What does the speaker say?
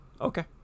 okay